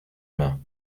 mains